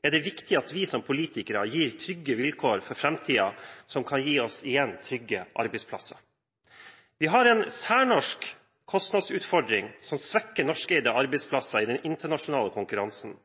er det viktig at vi som politikere gir trygge vilkår for framtiden som igjen kan gi oss trygge arbeidsplasser. Vi har en særnorsk kostnadsutfordring, som svekker norskeide arbeidsplasser i den internasjonale konkurransen.